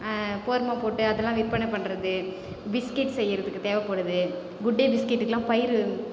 போர்ம போட்டு அதெல்லாம் விற்பனை பண்ணுறது பிஸ்கெட் செய்யறதுக்கு தேவைப்படுது குட் டே பிஸ்கெட்டுக்குலாம் பயிறு